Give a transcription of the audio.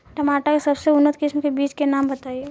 टमाटर के सबसे उन्नत किस्म के बिज के नाम बताई?